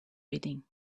reading